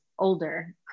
older